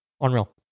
Unreal